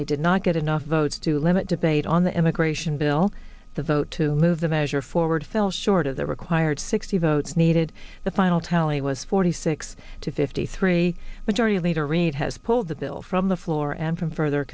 they did not get enough votes to limit debate on the immigration bill the vote to move the measure forward fell short of the required sixty votes needed the final tally was forty six to fifty three majority leader reid has pulled the bill from the floor and from further